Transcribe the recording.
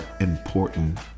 important